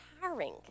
tiring